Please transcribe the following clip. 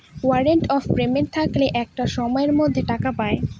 warrant of payment থাকলে একটা সময়ের মধ্যে টাকা পায়